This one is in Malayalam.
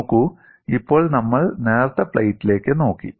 നോക്കൂ ഇപ്പോൾ നമ്മൾ നേർത്ത പ്ലേറ്റിലേക്ക് നോക്കി